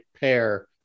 pair